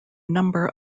number